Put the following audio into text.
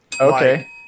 Okay